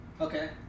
Okay